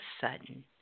sudden